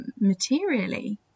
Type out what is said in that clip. materially